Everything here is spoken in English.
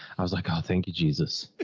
i was like, oh, thank you jesus.